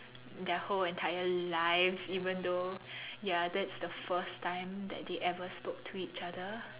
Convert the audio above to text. their whole entire life even though ya that's the first time that they ever spoke to each other